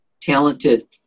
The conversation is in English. talented